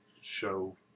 show